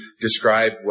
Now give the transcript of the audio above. describe